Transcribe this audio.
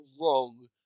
wrong